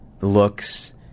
looks